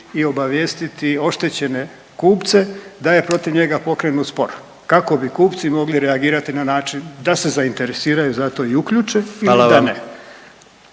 i obavijestiti oštećene kupce da je protiv njega pokrenut spor kako bi kupci mogli reagirati na način da se zainteresiraju za to i uključe ili da ne.